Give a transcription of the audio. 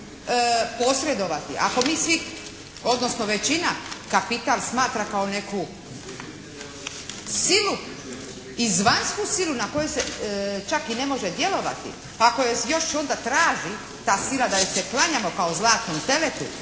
posredovati, ako mi svi odnosno većina kapital smatra kao neku silu, izvanjsku silu na koju se čak i ne može djelovati, ako još onda traži ta sila da joj se klanjamo kao zlatnom teletu